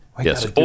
Yes